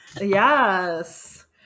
Yes